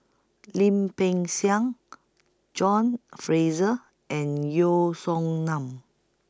Lim Peng Siang John Fraser and Yeo Song Nian